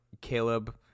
Caleb